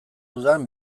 dudan